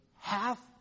half